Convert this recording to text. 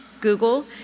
Google